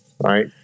right